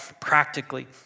practically